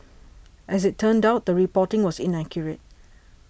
as it turned out the reporting was inaccurate